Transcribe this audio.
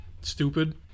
stupid